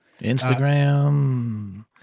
Instagram